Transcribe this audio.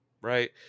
Right